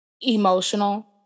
emotional